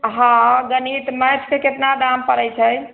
हँ गणित मैथके केतना दाम पड़ैत छै